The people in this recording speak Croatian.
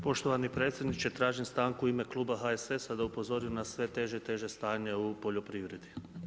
Poštovani predsjedniče tražim stanku u ime Kluba HSS-a da upozorim na sve teže i teže stanje u poljoprivredi.